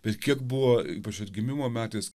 bet kiek buvo ypač atgimimo metais